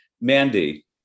Mandy